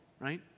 right